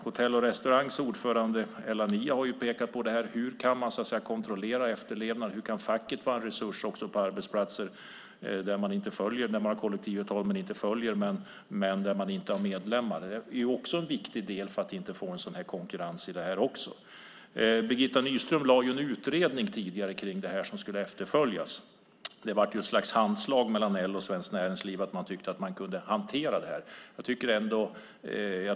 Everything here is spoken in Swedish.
Hotell och Restaurangsfackets ordförande Ella Niia har pekat på hur man kan kontrollera efterlevnaden och hur facket kan vara en resurs också på arbetsplatser där man har kollektivavtal men inte följer dem och där man inte har några medlemmar. Det är också viktigt för att inte få en sådan konkurrens i detta sammanhang också. Birgitta Nyström gjorde tidigare en utredning om detta. Det blev ett slags handslag mellan LO och Svenskt Näringsliv, och man tyckte att man kunde hantera detta.